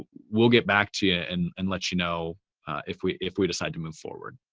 we'll get back to you and and let you know if we if we decide to move forward.